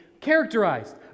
characterized